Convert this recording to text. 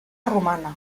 romana